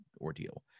ordeal